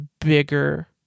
bigger